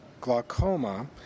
glaucoma